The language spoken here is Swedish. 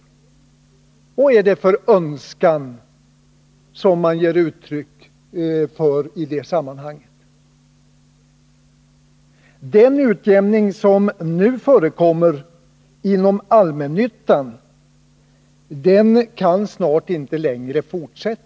Vad är det för önskan som man ger uttryck för i det sammanhanget? Den utjämning som nu förekommer inom allmännyttan kan snart inte fortsätta längre.